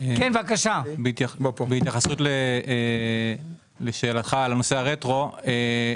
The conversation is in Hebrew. בהתייחסות לשאלתך על נושא הרטרואקטיביות.